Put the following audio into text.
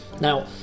Now